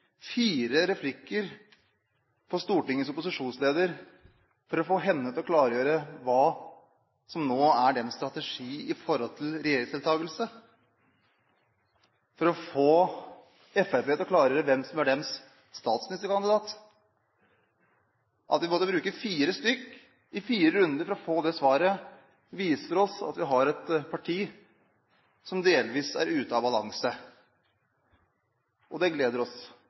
fire replikker på Stortingets opposisjonsleder for å få henne til å klargjøre hva som nå er strategien i forhold til regjeringsdeltakelse, og for å få Fremskrittspartiet til å klargjøre hvem som er deres statsministerkandidat. At vi måtte bruke fire stykker, fire runder, for å få det svaret, viser oss at vi har et parti som delvis er ute av balanse, og det gleder oss